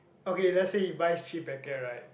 okay let's say he buys three packet right